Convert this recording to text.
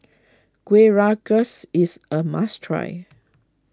Kueh Rengas is a must try